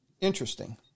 Interesting